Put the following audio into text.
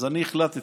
אז אני החלטתי